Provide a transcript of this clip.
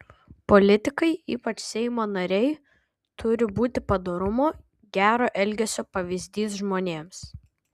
politikai ypač seimo nariai turi būti padorumo gero elgesio pavyzdys žmonėms